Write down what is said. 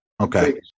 Okay